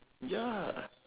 ya